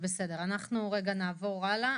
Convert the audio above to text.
אנחנו נעבור הלאה,